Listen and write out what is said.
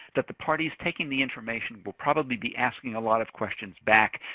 that the parties taking the information will probably be asking a lot of questions back.